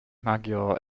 maggiore